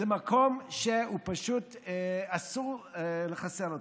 זה מקום שאסור לחסל אותו.